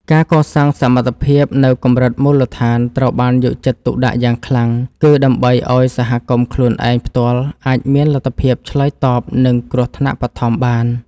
ការកសាងសមត្ថភាពនៅកម្រិតមូលដ្ឋានត្រូវបានយកចិត្តទុកដាក់យ៉ាងខ្លាំង គឺដើម្បីឱ្យសហគមន៍ខ្លួនឯងផ្ទាល់អាចមានលទ្ធភាពឆ្លើយតបនឹងគ្រោះថ្នាក់បឋមបាន។